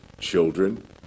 children